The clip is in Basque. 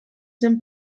zen